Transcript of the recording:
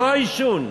לא העישון.